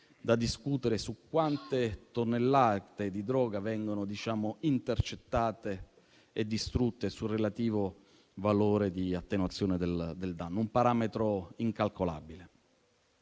da discutere su quante tonnellate di droga vengono intercettate e distrutte e sul relativo valore di attenuazione del danno: un parametro incalcolabile.